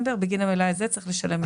בגין המלאי הזה יהיה צריך לשלם את זה.